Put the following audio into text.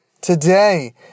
Today